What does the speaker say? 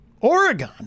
oregon